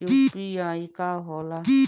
UPI का होला?